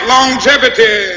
Longevity